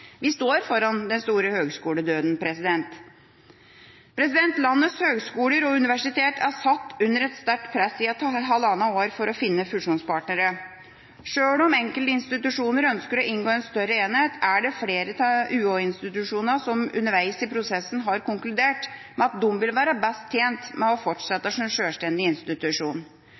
Vi står foran den store «høgskoledøden». Landets høgskoler og universiteter er satt under et sterkt press i halvannet år for å finne fusjonspartnere. Sjøl om enkelte institusjoner ønsker å inngå i en større enhet, er det flere av UH-institusjonene som underveis i prosessen har konkludert med at de vil være best tjent med å